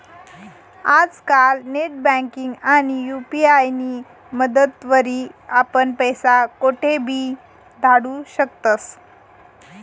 आजकाल नेटबँकिंग आणि यु.पी.आय नी मदतवरी आपण पैसा कोठेबी धाडू शकतस